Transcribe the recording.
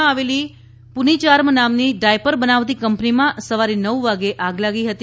માં આવેલી પુનિચાર્મ નામની ડાયપર બનાવતી કંપનીમાં સવારે નવ વાગે આગ લાગી હતી